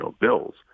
bills